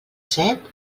set